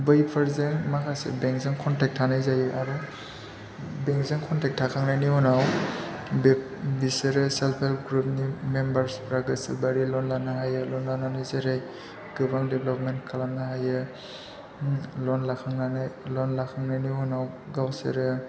बैफोरजों माखासे बेंकजों कन्टेक्ट थानाय जायो आरो बेंकजों कन्टेक्ट थाखांनायनि उनाव बिसोरो सेल्फ हेल्प ग्रुपनि मेम्बार्सफोरा गोसोबायदि ल'न लानो हायो ल'न लानानै जेरै गोबां देभलपमेन्ट खालामनो हायो ल'न लाखांनायनि उनाव गावसोरो